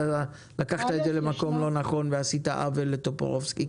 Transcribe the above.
לקחת את זה למקום לא נכון ועשית עוול לטופורובסקי.